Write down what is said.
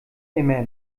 immer